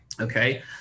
Okay